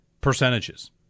percentages